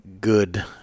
good